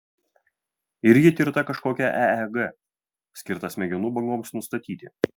ir ji tirta kažkokia eeg skirta smegenų bangoms nustatyti